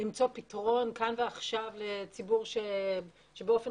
למצוא פתרון כאן ועכשיו לציבור שבאופן